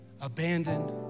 abandoned